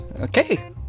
Okay